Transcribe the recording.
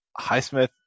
Highsmith